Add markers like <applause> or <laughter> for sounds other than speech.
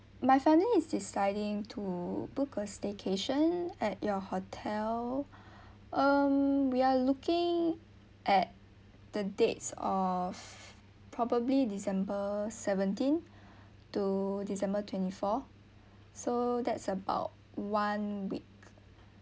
my family is deciding to book a staycation at your hotel <breath> um we are looking at the dates of probably december seventeen to december twenty four so that's about one week